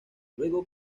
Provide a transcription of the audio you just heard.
luego